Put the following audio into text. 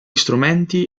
strumenti